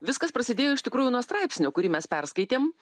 viskas prasidėjo iš tikrųjų nuo straipsnio kurį mes perskaitėm